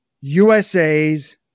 USA's